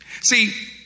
See